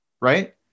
right